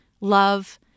love